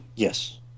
Yes